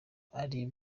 ari